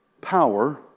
power